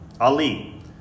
Ali